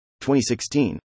2016